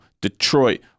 Detroit